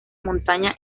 montaña